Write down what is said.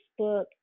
Facebook